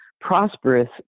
prosperous